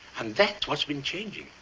and that's what's been changing.